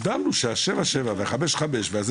הבנו שה-77 וה-55 וכל הדבר הזה,